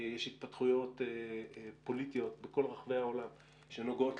יש התפתחויות פוליטיות בכל רחבי העולם שנוגעות